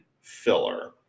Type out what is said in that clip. filler